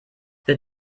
wird